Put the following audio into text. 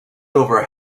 over